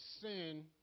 sin